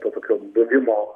to tokio buvimo